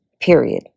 period